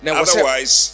otherwise